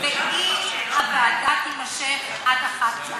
ואם הוועדה תימשך עד 01:00,